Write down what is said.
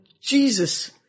Jesus